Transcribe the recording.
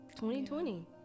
2020